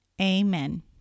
Amen